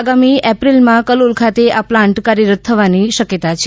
આગામી એપ્રિલમાં કલોલ ખાતે આ પ્લાન્ટ કાર્યરત થવાની શકયતા છે